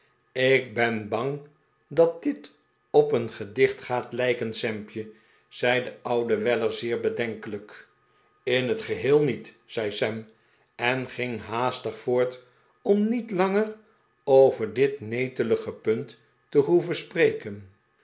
ik ben bang dat dit op een gedicht gaat lijken sampje zei de oude weller zeer bedenkelijk in het geheel niet zei sam en ging haastig voort om niet langer over dit netelige punt te hoeven spreken